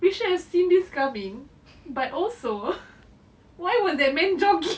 we should have seen this coming but also why was that man jogging